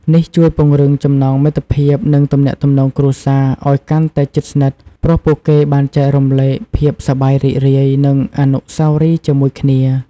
នេះជួយពង្រឹង ចំណងមិត្តភាព និងទំនាក់ទំនងគ្រួសារ ឲ្យកាន់តែជិតស្និទ្ធ ព្រោះពួកគេបានចែករំលែកភាពសប្បាយរីករាយ និងអនុស្សាវរីយ៍ជាមួយគ្នា។